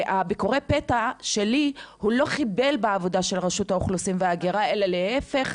וביקורי הפתע שלי לא חיבלו בעבודה של רשות האוכלוסין וההגירה אלא להיפך,